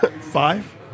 Five